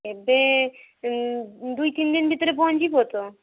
ଏବେ ଦୁଇ ତିନି ଦିନ ଭିତରେ ପହଞ୍ଚିଯିବ ତ